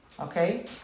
Okay